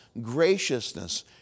graciousness